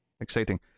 Exciting